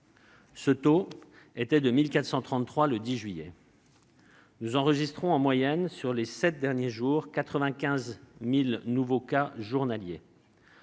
Il était de 1 433 le 10 juillet. Nous enregistrons en moyenne, sur les sept derniers jours, 95 000 nouveaux cas journaliers.